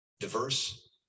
Diverse